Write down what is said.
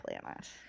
planet